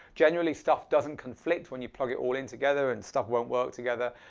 generally stuff doesn't conflict when you plug it all in together and stuff won't work together.